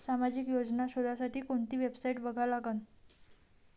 सामाजिक योजना शोधासाठी कोंती वेबसाईट बघा लागन?